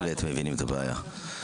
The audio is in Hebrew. בהחלט מבינים את הבעיה.